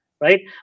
right